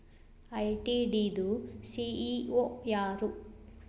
ITD ದು CEO ಯಾರು?